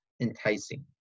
enticing